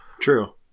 True